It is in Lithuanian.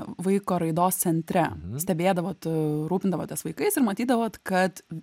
vaiko raidos centre stebėdavot rūpindavotės vaikais ir matydavot kad